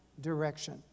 direction